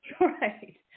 Right